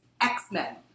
X-Men